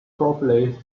properly